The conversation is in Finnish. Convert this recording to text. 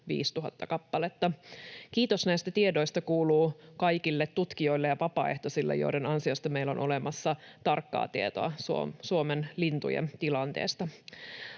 000 kappaletta. Kiitos näistä tiedoista kuuluu kaikille tutkijoille ja vapaaehtoisille, joiden ansiosta meillä on olemassa tarkkaa tietoa Suomen lintujen tilanteesta.